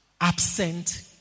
absent